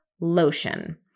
lotion